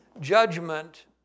judgment